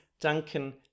Duncan